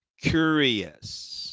curious